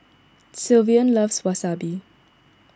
Sylvan loves Wasabi